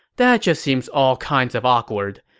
that just seems all kinds of awkward.